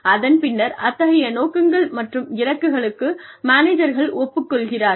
அதன் பின்னர் அத்தகைய நோக்கங்கள் மற்றும் இலக்குகளுக்கு மேனேஜர்கள் ஒப்புக் கொள்கிறார்கள்